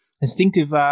instinctive –